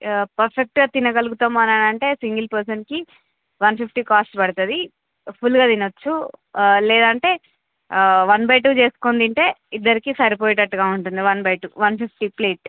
పర్ఫెక్ట్గా తినగలుగుతాము అనంటే సింగిల్ పర్సన్కి వన్ ఫిఫ్టీ కాస్ట్ పడుతుంది ఫుల్గా తిన వచ్చు లేదంటే వన్ బై టూ చేసుకుని తింటే ఇద్దరికి సరిపోయేటట్టుగా ఉంటుంది one by two one fifty plate